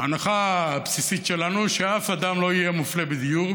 ההנחה הבסיסית שלנו היא ששום אדם לא יהיה מופלה בדיור,